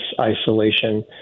isolation